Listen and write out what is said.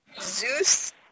Zeus